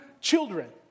children